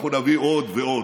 אנחנו נביא עוד ועוד.